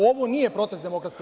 Ovo nije protest DS.